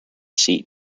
seat